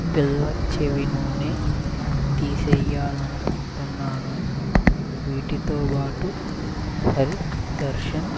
బిల్వ చెవి నూనె తీసెయ్యాలనుకుంటున్నాను వీటితో పాటు హరి దర్శన్